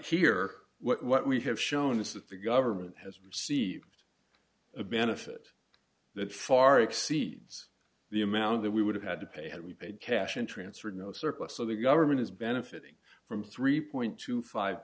here what we have shown is that the government has received a benefit that far exceeds the amount that we would have had to pay had we paid cash and transferred no surplus so the government is benefiting from three point two five